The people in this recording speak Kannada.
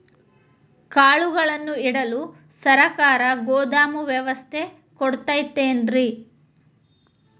ಕಾಳುಗಳನ್ನುಇಡಲು ಸರಕಾರ ಗೋದಾಮು ವ್ಯವಸ್ಥೆ ಕೊಡತೈತೇನ್ರಿ?